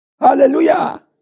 Hallelujah